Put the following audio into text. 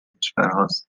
کشورهاست